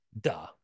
duh